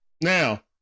now